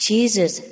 Jesus